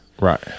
right